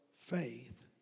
faith